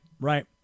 right